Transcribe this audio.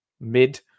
mid